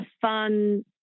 fun